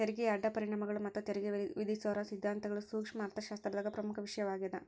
ತೆರಿಗೆಯ ಅಡ್ಡ ಪರಿಣಾಮಗಳ ಮತ್ತ ತೆರಿಗೆ ವಿಧಿಸೋದರ ಸಿದ್ಧಾಂತಗಳ ಸೂಕ್ಷ್ಮ ಅರ್ಥಶಾಸ್ತ್ರದಾಗ ಪ್ರಮುಖ ವಿಷಯವಾಗ್ಯಾದ